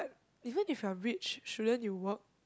even if you're rich shouldn't you work